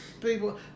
people